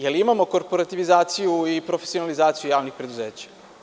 Da li imamo korporativizaciju i profesionalizaciju javnih preduzeća?